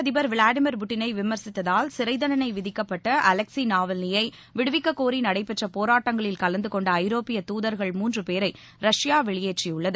அதிபர் விளாடிமீர் புட்டினை விமர்சித்ததால் சிறை தன்டனை விதிக்கப்பட்ட அலெக்ஸி நாவல்னி யை விடுவிக்கக்கோரி நடைபெற்ற போராட்டங்களில் கலந்து கொண்ட ஐரோட்பிய தூதர்கள் மூன்று பேரை ரஷ்யா வெளியேற்றியுள்ளது